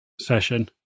session